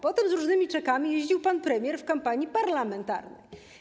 Potem z różnymi czekami jeździł pan premier w kampanii parlamentarnej.